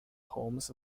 homes